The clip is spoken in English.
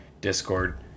Discord